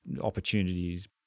opportunities